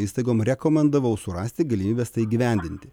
įstaigom rekomendavau surasti galimybes tai įgyvendinti